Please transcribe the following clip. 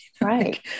Right